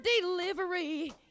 delivery